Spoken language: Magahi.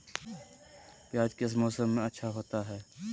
प्याज किस मौसम में अच्छा होता है?